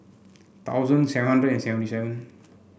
thousand seven hundred seventy seven